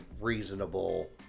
reasonable